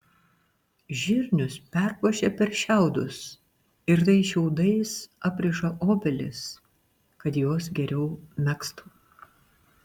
žirnius perkošia per šiaudus ir tais šiaudais apriša obelis kad jos geriau megztų